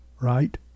right